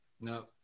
No